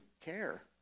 care